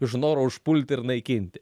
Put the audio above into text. iš noro užpulti ir naikinti